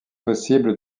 possible